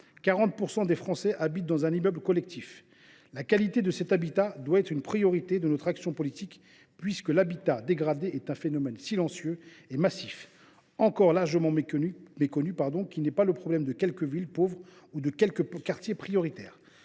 40 % des Français habitaient dans un immeuble collectif. La qualité de cet habitat doit donc devenir une priorité de notre action politique, puisque l’habitat dégradé est un phénomène silencieux et massif encore largement méconnu, qui ne concerne pas seulement quelques villes pauvres ou quelques quartiers prioritaires.